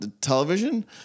television